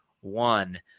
one